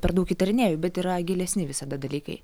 per daug įtarinėju bet yra gilesni visada dalykai